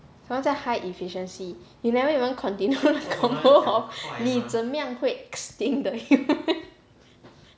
什么叫 high efficiency you never even continue the convo of 你怎么样会 extinct 的